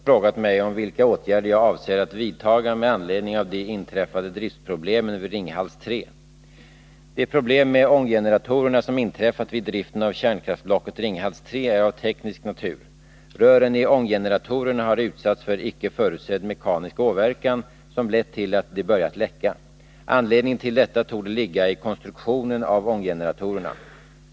Herr talman! Ivar Franzén har frågat mig vilka åtgärder jag avser att vidta med anledning av de inträffade driftsproblemen vid Ringhals 3. De problem med ånggeneratorerna som inträffat vid driften av kärnkraftsblocket Ringhals 3 är av teknisk natur. Rören i ånggeneratorerna har utsatts för icke förutsedd mekanisk åverkan som lett till att de börjat läcka. Anledningen till detta torde ligga i konstruktionen av ånggeneratorerna.